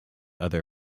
other